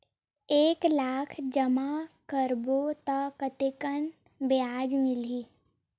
एक लाख जमा करबो त कतेकन ब्याज मिलही?